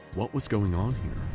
what was going on here?